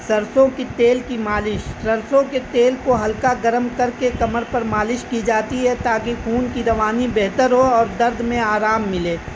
سرسوں کی تیل کی مالش سرسوں کے تیل کو ہلکا گرم کر کے کمر پر مالش کی جاتی ہے تاکہ خون کی روانی بہتر ہو اور درد میں آرام ملے